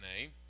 name